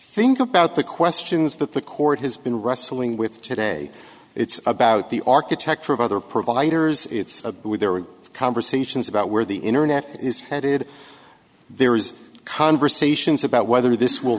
think about the questions that the court has been wrestling with today it's about the architecture of other providers it's a when there were conversations about where the internet is headed there is conversation about whether this will